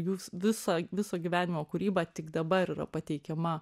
jūs visa viso gyvenimo kūryba tik dabar yra pateikiama